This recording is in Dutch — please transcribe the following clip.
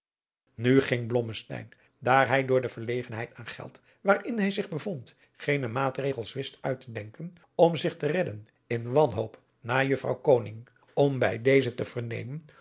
nu ging blommesteyn daar hij door de verlegenheid aan geld waarin hij zich bevond geene maatregels wist adriaan loosjes pzn het leven van johannes wouter blommesteyn uit te denken om zich te redden in wanhoop naar juffrouw koning om bij deze te vernemen